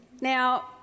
now